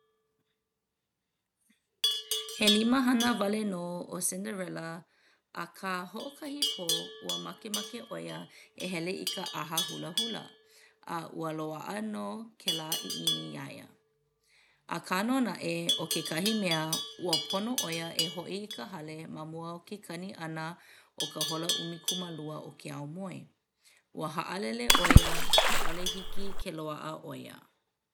He limahana wale nō ʻo Cinderella akā hoʻokahi pō ua makemake ʻo ia e hele i ka ʻaha hulahula a ua loaʻa nō kēlā ʻiʻini iā ia. Akā no naʻe ʻo kekahi mea ua pono ʻo ia e hoʻi i ka hale ma mua o ke kani ʻana o ka hola ʻumikūmālua o ke aumoe. Ua haʻalele ʻo ia ʻaʻole hiki ke loaʻa ʻo ia.